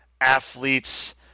athletes